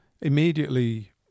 immediately